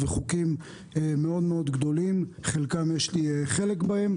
וחוקים מאוד גדולים חלקם יש לי חלק בהם,